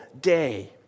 day